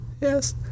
Yes